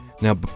Now